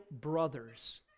brothers